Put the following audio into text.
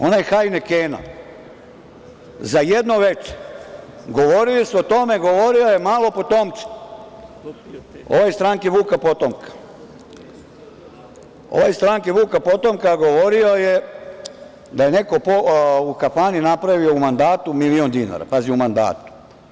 Onaj „Hajnekena“ za jedno veče, govorili su o tome, govorio je „malo potomče“, ovaj iz stranke „Vuka potomka“, ovaj iz stranke „Vuka potomka“ govorio je da je neko u kafani napravio u „Mandatu“ milion dinara, pazi, u „Mandatu“